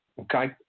Okay